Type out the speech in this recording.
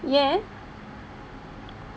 ya